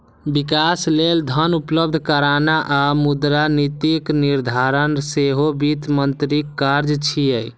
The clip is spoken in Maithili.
विकास लेल धन उपलब्ध कराना आ मुद्रा नीतिक निर्धारण सेहो वित्त मंत्रीक काज छियै